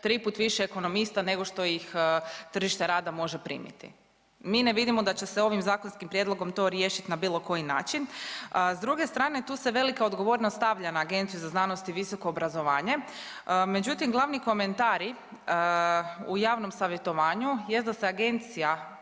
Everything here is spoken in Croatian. triput više ekonomista nego što ih tržište rada može primiti. Mi ne vidimo da će se ovim zakonskim prijedlogom to riješiti na bilo koji način, a s druge strane tu se velika odgovornost stavlja na Agenciju za znanost i visoko obrazovanje. Međutim, glavni komentari u javnom savjetovanju jest da se agencija